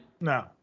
No